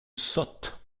sotte